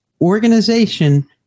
organization